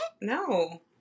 No